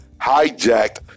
hijacked